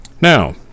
now